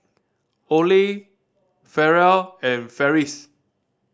Olie Farrell and Ferris